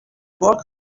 work